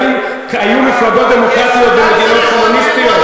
האם היו מפלגות דמוקרטיות במדינות קומוניסטיות?